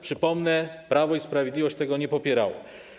Przypomnę: Prawo i Sprawiedliwość tego nie popierało.